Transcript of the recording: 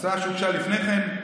זאת הצעה שהוגשה לפני כן.